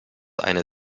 eine